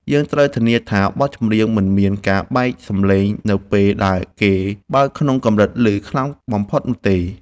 យើងត្រូវធានាថាបទចម្រៀងមិនមានការបែកសំឡេងនៅពេលដែលគេបើកក្នុងកម្រិតឮខ្លាំងបំផុតនោះទេ។